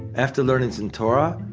after learning some torah,